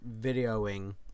videoing